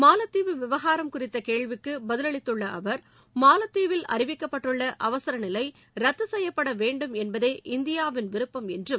மாலத்தீவு விவகாரம் குறித்த கேள்விக்கு பதிவளித்துள்ள அவர் மாலத்தீவில் அறிவிக்கப்பட்டுள்ள அவசரநிலை ரத்து செய்யப்பட வேண்டும் என்பதே இந்தியாவின் விருப்பம் என்றும்